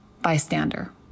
bystander